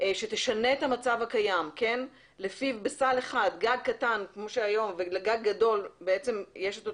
שתשנה את המצב הקיים כך שבסל אחד לגג קטן ולגג גדול יש אותו